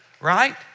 right